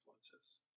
influences